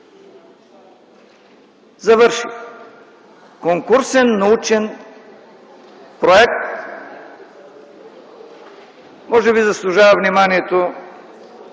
конкурс?! „Конкурсен научен проект” може би заслужава вниманието